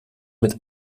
mit